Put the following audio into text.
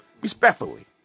Respectfully